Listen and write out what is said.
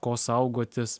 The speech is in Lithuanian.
ko saugotis